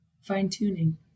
fine-tuning